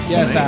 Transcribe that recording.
Yes